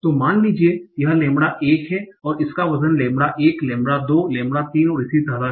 तो मान लीजिए कि यह लैम्ब्डा 1 है इसका वजन लैम्ब्डा 1 लैम्ब्डा 2 लैम्ब्डा 3 और इसी तरह है